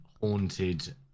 haunted